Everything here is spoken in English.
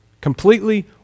Completely